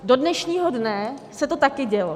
Do dnešního dne se to taky dělo.